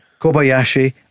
Kobayashi